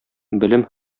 белем